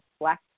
black